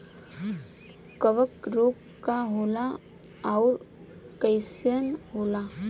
कवक रोग का होला अउर कईसन होला?